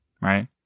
Right